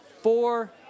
four